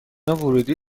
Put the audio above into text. ورودی